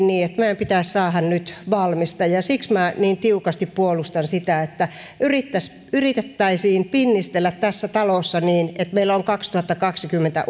niin että meidän pitäisi saada nyt valmista siksi minä niin tiukasti puolustan sitä että yritettäisiin yritettäisiin pinnistellä tässä talossa niin että meillä on kaksituhattakaksikymmentä